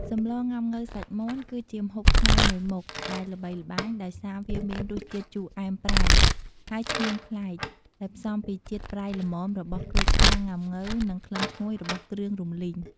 សម្លងុាំង៉ូវសាច់មាន់ គឺជាម្ហូបខ្មែរមួយមុខ ដែលល្បីល្បាញដោយសារវាមានរសជាតិជូរអែមប្រៃ ហើយឆ្ងាញ់ប្លែក ដែលផ្សំពីជាតិប្រៃល្មមរបស់ក្រូចឆ្មាងុាំង៉ូវនិងក្លិនឈ្ងុយរបស់គ្រឿងរំលីង។